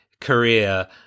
career